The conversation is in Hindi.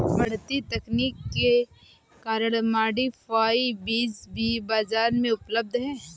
बढ़ती तकनीक के कारण मॉडिफाइड बीज भी बाजार में उपलब्ध है